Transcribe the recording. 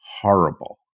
horrible